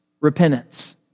repentance